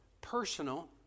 personal